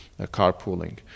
Carpooling